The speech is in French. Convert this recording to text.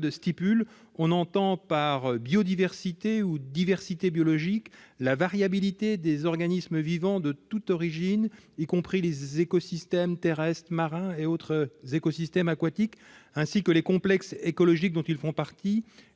de l'environnement :« On entend par biodiversité, ou diversité biologique, la variabilité des organismes vivants de toute origine, y compris les écosystèmes terrestres, marins et autres écosystèmes aquatiques, ainsi que les complexes écologiques dont ils font partie.